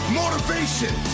motivation